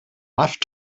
left